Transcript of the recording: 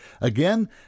Again